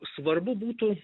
svarbu būtų